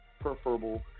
preferable